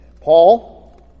Paul